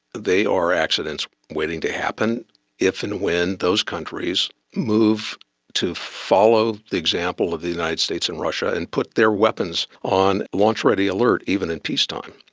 they are accidents waiting to happen if and when those countries move to follow the example of the united states and russia and put their weapons on launch-ready alert, even in peace time.